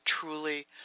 truly –